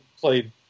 played